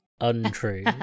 untrue